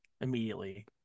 immediately